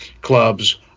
clubs